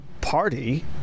party